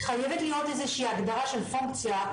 חייבת להיות איזה שהיא הגדרה של פונקציה,